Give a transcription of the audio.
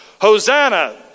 Hosanna